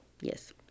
Yes